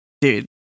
Dude